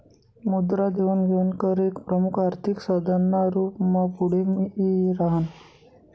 मुद्रा देवाण घेवाण कर एक प्रमुख आर्थिक साधन ना रूप मा पुढे यी राह्यनं